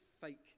fake